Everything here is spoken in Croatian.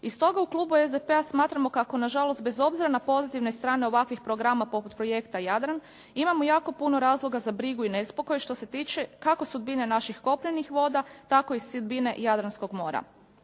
I stoga u klubu SDP-a smatramo kako nažalost, bez obzira na pozitivne strane ovakvih programa poput projekta Jadran, imamo jako puno razloga za brigu i nespokoj što se tiče kako sudbine naših kopnenih voda, tako i sudbine Jadranskog mora.